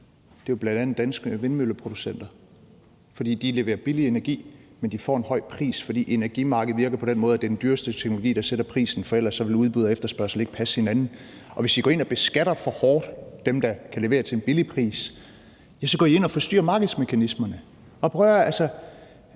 mere, er jo bl.a. danske vindmølleproducenter. De leverer billig energi, men de får en høj pris, fordi energimarkedet virker på den måde, at det er den dyreste teknologi, der sætter prisen, for ellers ville udbud og efterspørgsel ikke passe hinanden. Og hvis I går ind og beskatter dem, der kan levere til en billig pris, for hårdt, går I ind og forstyrrer markedsmekanismerne. Hvis